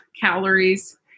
calories